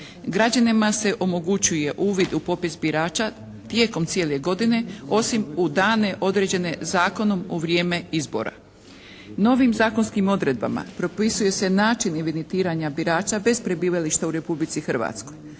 Građanima se omogućuje uvid u popis birača tijekom cijele godine, osim u dane određene zakonom u vrijeme izbora. Novim zakonskim odredbama propisuje se način evidentiranja birača bez prebivališta u Republici Hrvatskoj.